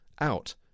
out